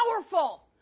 powerful